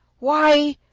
why!